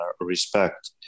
respect